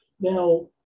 Now